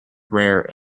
rare